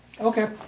Okay